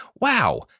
Wow